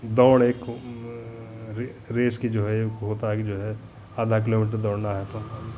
दौड़ एक रेस की जो है एक होता है कि जो है आधा किलोमीटर दौड़ना है तो हम